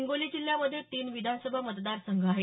हिंगोली जिल्ह्यांमध्ये तीन विधानसभा मतदारसंघ आहेत